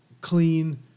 clean